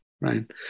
right